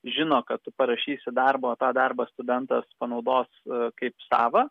žino kad tu parašysi darbą o tą darbą studentas panaudos kaip savą